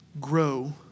Grow